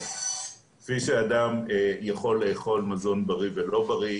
כפי שאדם יכול לאכול מזון בריא או לא בריא,